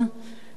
לצערי,